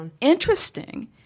interesting